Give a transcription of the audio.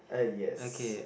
uh yes